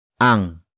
ang